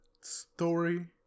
story